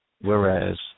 Whereas